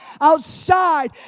outside